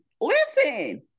listen